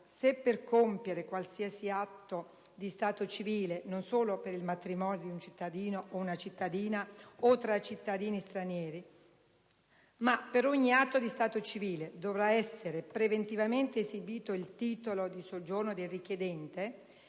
se per compiere qualsiasi atto di stato civile (non solo per il matrimonio di un cittadino o una cittadina o tra cittadini stranieri) dovrà essere preventivamente esibito il titolo di soggiorno del richiedente,